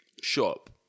shop